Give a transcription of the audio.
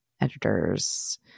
editor's